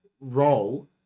role